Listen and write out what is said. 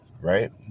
Right